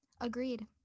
agreed